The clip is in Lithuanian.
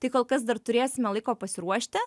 tai kol kas dar turėsime laiko pasiruošti